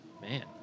Man